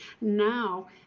now